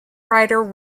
writer